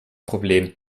problem